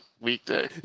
weekday